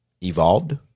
Evolved